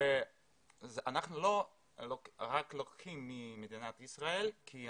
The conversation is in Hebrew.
אנחנו לא רק לוקחים ממדינת ישראל אלא